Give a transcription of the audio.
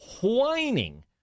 whining